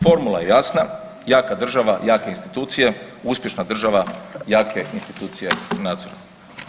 Formula je jasna, jaka država jake institucije, uspješna država jake institucije u nadzoru.